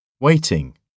Waiting